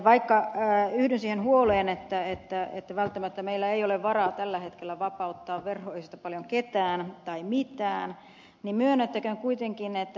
vaikka yhdyn siihen huoleen että välttämättä meillä ei ole varaa tällä hetkellä vapauttaa veroista paljon ketään tai mitään niin myönnettäköön kuitenkin että ed